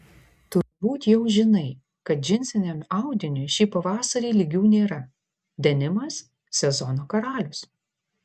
turbūt jau žinai kad džinsiniam audiniui šį pavasarį lygių nėra denimas sezono karalius